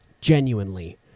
Genuinely